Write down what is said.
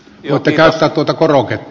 voitte käyttää tuota koroketta